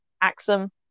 Axum